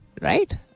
right